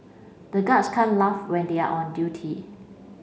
the guards can't laugh when they are on duty